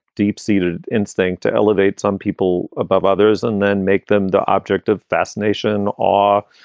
deep seated instinct to elevate some people above others and then make them the object of fascination or,